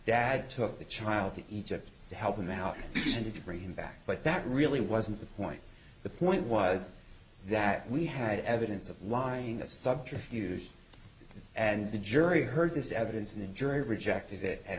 dad took the child to egypt to help him out and to bring him back but that really wasn't the point the point was that we had evidence of lying of subterfuge and the jury heard this evidence in the jury rejected it and